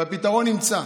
והפתרון נמצא.